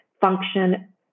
function